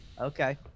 okay